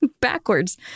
backwards